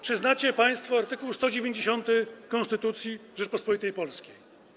Czy znacie państwo art. 190 Konstytucji Rzeczypospolitej Polskiej?